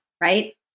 right